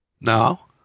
Now